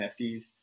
NFTs